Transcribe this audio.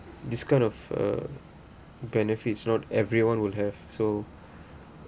this kind of uh benefits not everyone will have so